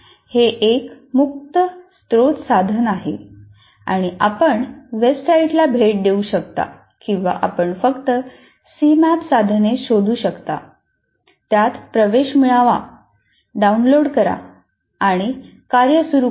हे एक मुक्त स्त्रोत साधन आहे आणि आपण वेबसाइटला भेट देऊ शकता किंवा आपण फक्त सीमॅप साधन शोधू शकता त्यात प्रवेश मिळवा डाउनलोड करा आणि कार्य सुरू करा